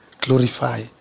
glorify